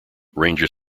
ranger